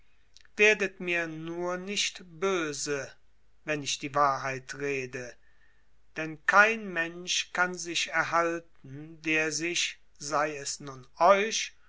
werdet mir nur nicht böse wenn ich die wahrheit rede denn kein mensch kann sich erhalten der sich sei es nun euch